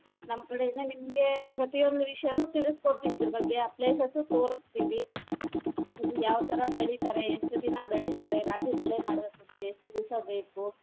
ಹಾಂ ನಮ್ಮ ಕಡೆಯಿಂದ ನಿಮಗೆ ಪ್ರತಿಯೊಂದು ವಿಷಯನೂ ತಿಳಿಸ್ಕೊಡ್ತೀವಿ ಇದ್ರ ಬಗ್ಗೆ ಆ ಪ್ಲೇಸಸ್ಸೂ ತೋರಿಸ್ತೀವಿ ಅದು ಯಾವ ಥರ ಬೆಳೀತಾರೆ ಎಷ್ಟು ದಿನ ಬೆಳೀತಾರೆ ರಾಗಿ ಬೆಳೆ ಮಾಡಬೇಕು ಅಂದರೆ ಎಷ್ಟು ದಿವಸ ಬೇಕು